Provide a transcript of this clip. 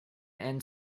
and